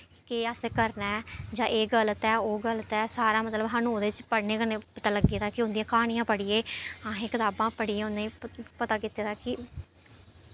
केह् असें करना ऐ जां एह् गल्त ऐ ओह् गल्त ऐ सारा मतलब सानूं ओह्दे च पढ़ने कन्नै पता लग्गे दा कि उंदियां क्हानियां पढ़ियै असें कताबां पढ़ियै उ'नें पता कीते दा कि